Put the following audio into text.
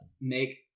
make